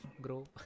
grow